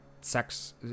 sex